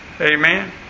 Amen